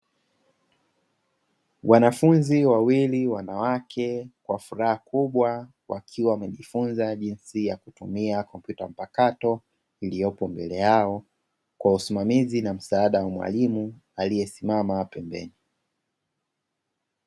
Wanafunzi wawili wanawake kwa furaha kubwa, wakiwa wamejifunza jinsi ya kutumia kompyuta mpakato iliyopo mbele yao, kwa usimamizi na msaada wa mwalimu aliyesimama pembeni.